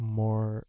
more